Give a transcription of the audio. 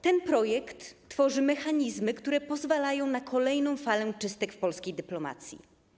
Ten projekt tworzy mechanizmy, które pozwalają na kolejną falę czystek w polskiej dyplomacji.